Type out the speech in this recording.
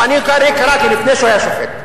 אני קראתי לפני שהוא היה שופט.